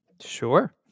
Sure